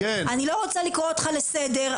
אני לא רוצה לקרוא אותך לסדר,